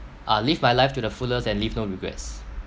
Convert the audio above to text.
uh live my life to the fullest and leave no regrets